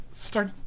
Start